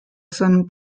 seinem